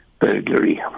burglary